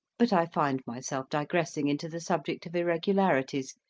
but i find myself digressing into the subject of irregularities,